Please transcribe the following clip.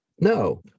No